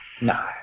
No